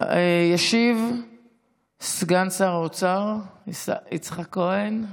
ישיב סגן שר האוצר יצחק כהן,